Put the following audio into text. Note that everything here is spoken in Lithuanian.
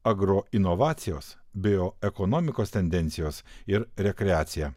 agroinovacijos bioekonomikos tendencijos ir rekreacija